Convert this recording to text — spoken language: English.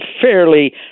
fairly